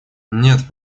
нет